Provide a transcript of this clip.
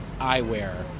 eyewear